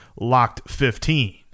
LOCKED15